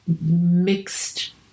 mixed